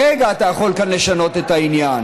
ברגע אתה יכול כאן לשנות את העניין,